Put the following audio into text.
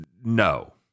No